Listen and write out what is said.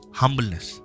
humbleness